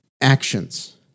actions